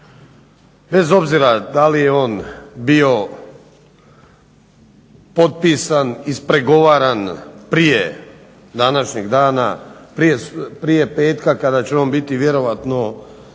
bez obzira da li je on bio potpisan, ispregovaran prije današnjeg dana, prije petka kada će on biti vjerojatno